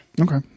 Okay